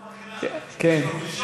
מקהלה,